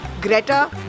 Greta